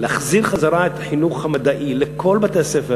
להחזיר את החינוך המדעי לכל בתי-הספר,